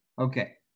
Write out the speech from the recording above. Okay